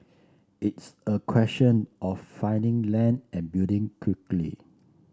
it's a question of finding land and building quickly